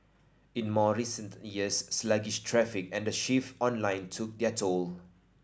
in more recent years sluggish traffic and the shift online took toll